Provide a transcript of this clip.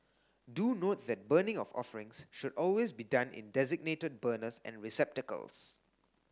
do note that burning of offerings should always be done in designated burners and receptacles